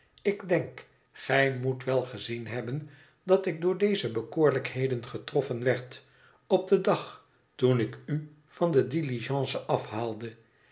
ik denk gij moet wel gezien hebben dat ik door deze bekoorlijkheden getroffen werd op den dag toen ik u van de diligence afhaalde